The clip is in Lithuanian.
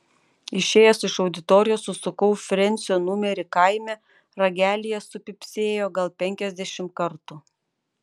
išėjęs iš auditorijos susukau frensio numerį kaime ragelyje supypsėjo gal penkiasdešimt kartų